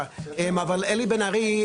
אלי בן ארי,